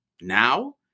now